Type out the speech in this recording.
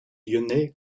lyonnais